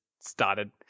started